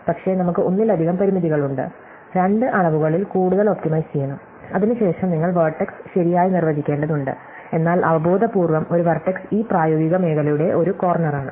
പക്ഷേ നമുക്ക് ഒന്നിലധികം പരിമിതികളുണ്ട് രണ്ട് അളവുകളിൽ കൂടുതൽ ഒപ്റ്റിമൈസ് ചെയ്യണം അതിനുശേഷം നിങ്ങൾ വെർടെക്സ് ശരിയായി നിർവചിക്കേണ്ടതുണ്ട് എന്നാൽ അവബോധപൂർവ്വം ഒരു വെർടെക്സ് ഈ പ്രായോഗിക മേഖലയുടെ ഒരു കോർണറാണ്